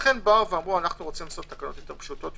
לכן אמרו: אנו רוצים לעשות תקנות יותר פשוטות,